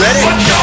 Ready